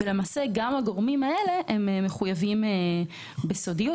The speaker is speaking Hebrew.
גם הגורמים האלה מחויבים בסודיות.